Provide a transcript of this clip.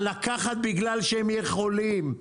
על לקחת בגלל שהם יכולים.